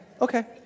Okay